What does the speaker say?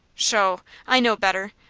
sho? i know better.